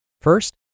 First